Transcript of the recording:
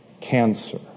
cancer